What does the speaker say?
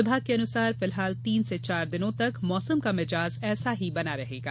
विभाग के अनुसार फिलहाल तीन से चार दिन तक मौसम का मिजाज ऐसा ही बना रहेगा